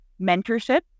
mentorship